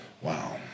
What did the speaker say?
wow